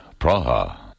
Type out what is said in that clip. Praha